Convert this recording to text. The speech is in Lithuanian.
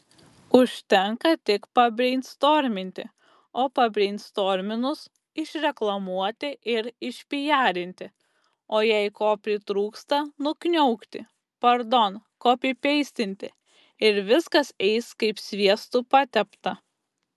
užtenka tik pabreinstorminti o pabreinstorminus išreklamuoti ir išpijarinti o jei ko pritrūksta nukniaukti pardon kopipeistinti ir viskas eis kaip sviestu patepta